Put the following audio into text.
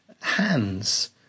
hands